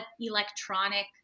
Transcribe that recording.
electronic